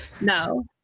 No